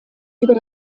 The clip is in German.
über